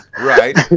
Right